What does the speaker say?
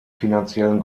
finanziellen